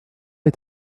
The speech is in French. est